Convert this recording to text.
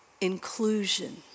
inclusion